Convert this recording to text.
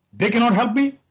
they cannot help me.